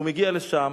הוא מגיע לשם,